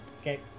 Okay